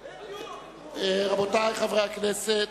רבותי חברי הכנסת,